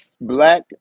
black